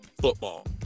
football